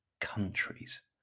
countries